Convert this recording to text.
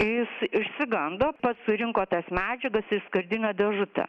jis išsigando pats surinko tas medžiagas į skardinę dėžutę